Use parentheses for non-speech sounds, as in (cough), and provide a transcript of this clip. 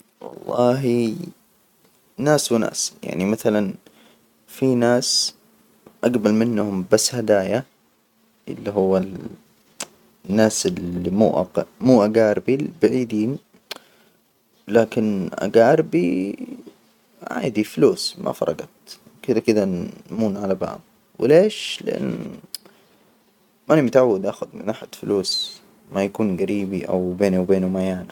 والله ناس وناس، يعني مثلا في ناس أجبل منهم بس هدايا، اللي هو الناس اللي مو أق- مو أجاربي البعيدين. لكن أجاربي عادي، فلوس ما فرقت كده- كده نمون على بعض، وليش؟ لأن. (hesitation) ماني متعود آخذ من أحد فلوس ما يكون جريبي أو بيني وبينه، ما يانا.